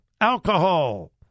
Alcohol